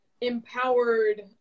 empowered